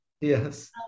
Yes